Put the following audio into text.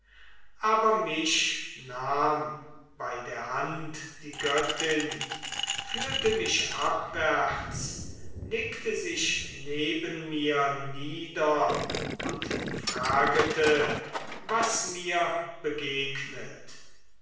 aber mich nahm bei der hand die göttin führte mich abwärts legte sich neben mir nieder und fragete was mir begegnet